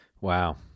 Wow